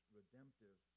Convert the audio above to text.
redemptive